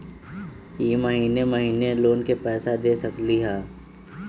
हम महिने महिने लोन के पैसा दे सकली ह?